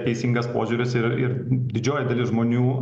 teisingas požiūris ir ir didžioji dalis žmonių